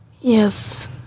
Yes